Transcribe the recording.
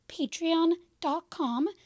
patreon.com